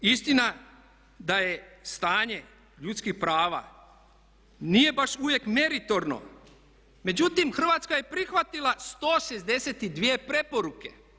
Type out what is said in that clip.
Istina da je stanje ljudskih prava nije baš uvijek meritorno, međutim Hrvatska je prihvatila 162 preporuke.